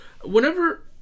Whenever